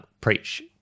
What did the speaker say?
preach